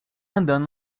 andando